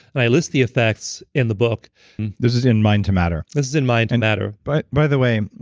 and i list the effects in the book this is in mind to matter this is in mind to and matter but by the way,